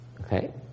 Okay